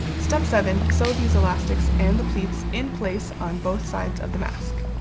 step seven. sew these elastics and the pleats in place on both sides of the mask.